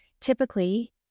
typically